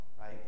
right